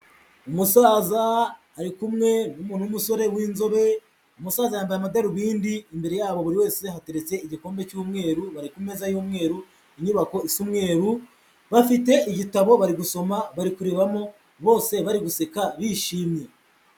Umusaza ari kumwe n'umuntu w'umusore w'inzobe, umusaza yambaye amadarubindi, imbere yabo buri wese hateretse igikombe cy'umweru, bari ku meza y'umweru, inyubako isa umweru, bafite igitabo bari gusoma bari kurebamo bose bari guseka bishimye.